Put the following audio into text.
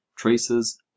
traces